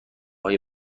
های